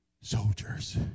soldiers